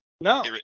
No